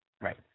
Right